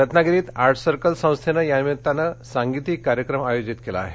रत्नागिरीत art circle संस्थेनं यानिमित्तानं सांगीतिक कार्यक्रम आयोजित केला आहे